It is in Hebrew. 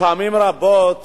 ופעמים רבות